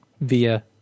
Via